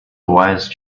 wise